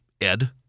Ed